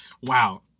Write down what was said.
Wow